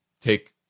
take